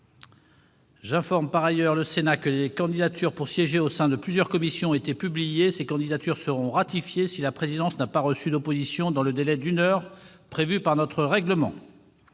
J'informe le Sénat que des candidatures pour siéger au sein de plusieurs commissions ont été publiées. Ces candidatures seront ratifiées si la présidence n'a pas reçu d'opposition dans le délai d'une heure prévu par notre règlement.